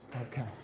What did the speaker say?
Okay